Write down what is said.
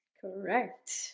Correct